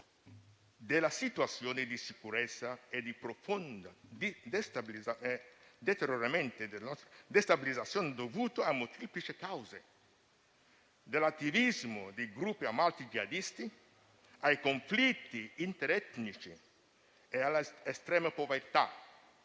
della situazione di sicurezza e di profonda destabilizzazione dovuta a molteplici cause: dall'attivismo di gruppi armati jihadisti, ai conflitti interetnici e all'estrema povertà,